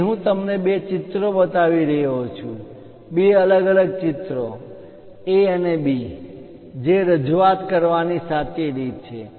અહીં હું તમને બે ચિત્રો બતાવી રહ્યો છું બે અલગ અલગ ચિત્રો A અને B જે રજૂઆત કરવાની સાચી રીત છે